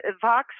Vox